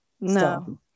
No